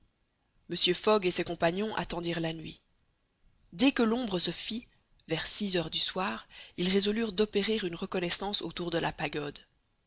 mr fogg et ses compagnons attendirent la nuit dès que l'ombre se fit vers six heures du soir ils résolurent d'opérer une reconnaissance autour de la pagode